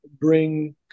bring